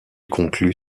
conclut